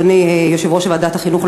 אדוני יושב-ראש ועדת החינוך,